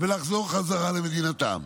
ולחזור חזרה למדינתם.